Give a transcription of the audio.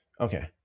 Okay